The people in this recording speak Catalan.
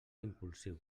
impulsiu